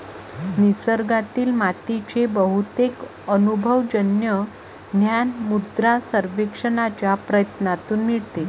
निसर्गातील मातीचे बहुतेक अनुभवजन्य ज्ञान मृदा सर्वेक्षणाच्या प्रयत्नांतून मिळते